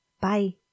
bye